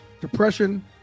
depression